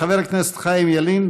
חבר הכנסת חיים ילין,